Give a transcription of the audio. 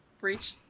reach